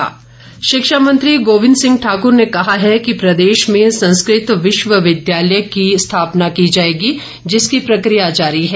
गोविंद ठाकुर शिक्षा मंत्री गोविंद सिंह ठाकुर ने कहा है कि प्रदेश में संस्कृत विश्वविद्यालय की स्थापना की जाएगी जिसकी प्रक्रिया जारी है